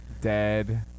dead